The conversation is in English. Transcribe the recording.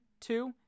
two